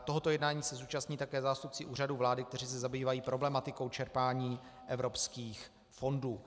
Tohoto jednání se zúčastní také zástupci Úřadu vlády, kteří se zabývají problematikou čerpání evropských fondů.